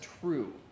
true